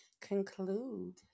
conclude